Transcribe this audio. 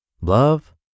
love